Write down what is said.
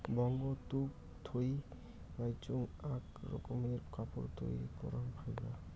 বঙ্গতুক থুই পাইচুঙ আক রকমের কাপড় তৈরী করাং ফাইবার